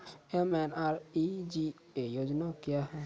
MNREGA योजना क्या हैं?